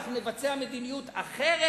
אנחנו נבצע מדיניות אחרת,